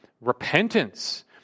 Repentance